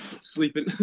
sleeping